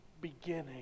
beginning